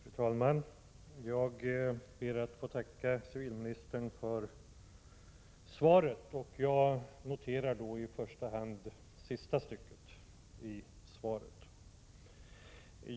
Fru talman! Jag ber att få tacka civilministern för svaret, och jag noterar då i första hand sista stycket i svaret.